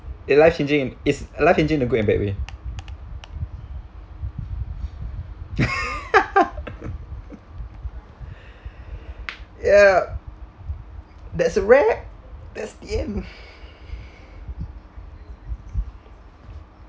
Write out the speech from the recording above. your life changing is life changing in a good and bad way yup that's the wrap that's the end